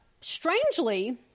strangely